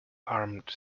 armed